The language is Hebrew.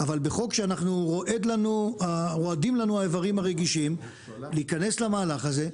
אבל בחוק שרועדים לנו האיברים הרגישים להיכנס למהלך הזה,